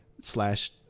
slash